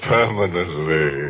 Permanently